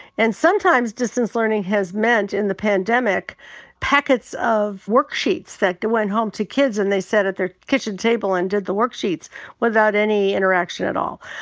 and sometimes distance learning has meant in the pandemic packets of worksheets that went home to kids. and they sat at their kitchen table and did the worksheets without any interaction at all.